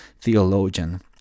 theologian